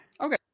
Okay